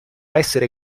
essere